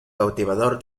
cautivador